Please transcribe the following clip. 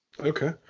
Okay